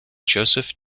joseph